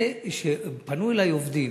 פנו אלי עובדים,